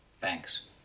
Thanks